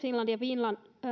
finland ja